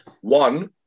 One